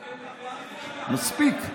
מספיק.